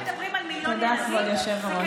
מדברים על מיליון ילדים.